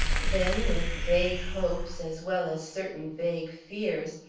then, with vague hopes, as well as certain vague fears,